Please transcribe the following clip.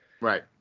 Right